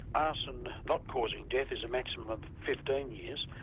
arson not causing death is a maximum of fifteen years.